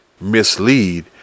mislead